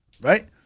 right